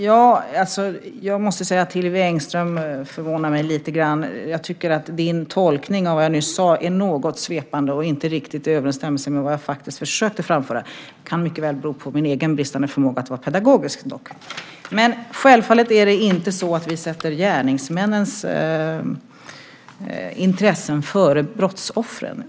Herr talman! Jag måste säga att Hillevi Engström gör mig lite förvånad. Jag tycker att tolkningen av vad jag nyss sade är något svepande och inte riktigt i överensstämmelse med vad jag faktiskt försökte framföra. Dock kan det mycket väl bero på min bristande förmåga att vara pedagogisk. Självfallet sätter vi inte gärningsmännens intressen före brottsoffren.